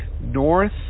north